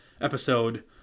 episode